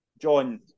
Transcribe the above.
John